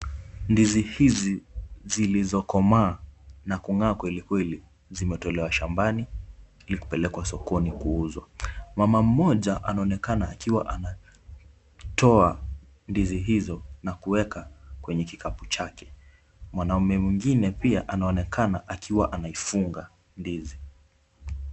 Ndizi hizi zilizokomaa na kung'aa kwelikweli zimetolewa shambani ili kupelekwa sokoni kuuzwa. Mama mmoja anaonekana akiwa anatoa ndizi hizo na kuweka kwenye kikapu chake. Mwanaume mwingine pia anaonekana akiwa anaifunga ndizi.